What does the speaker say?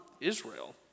Israel